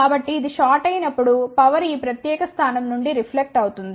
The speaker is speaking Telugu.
కాబట్టి ఇది షార్ట్ అయినప్పుడు పవర్ ఈ ప్రత్యేక స్థానం నుండి రిఫ్లెక్ట్ అవుతుంది